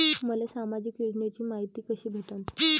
मले सामाजिक योजनेची मायती कशी भेटन?